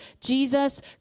jesus